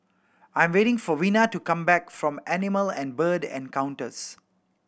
I'm waiting for Vina to come back from Animal and Bird Encounters